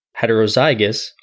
heterozygous